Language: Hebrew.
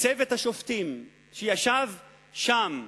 צוות השופטים שישב שם בבג"ץ,